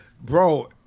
bro